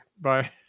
bye